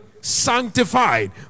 sanctified